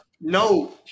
No